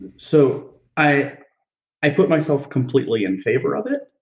so i i put myself completely in favor of it,